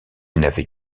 n’avait